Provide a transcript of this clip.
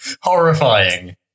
horrifying